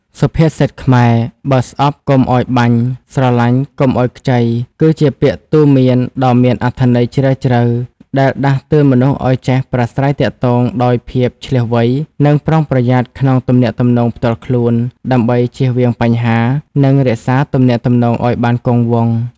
សុភាសិតខ្មែរ"បើស្អប់កុំឲ្យបាញ់ ស្រឡាញ់កុំឲ្យខ្ចី" គឺជាពាក្យទូន្មានដ៏មានអត្ថន័យជ្រាលជ្រៅ ដែលដាស់តឿនមនុស្សឲ្យចេះប្រាស្រ័យទាក់ទងដោយភាពឈ្លាសវៃ និងប្រុងប្រយ័ត្នក្នុងទំនាក់ទំនងផ្ទាល់ខ្លួន ដើម្បីជៀសវាងបញ្ហា និងរក្សាទំនាក់ទំនងឲ្យបានគង់វង្ស។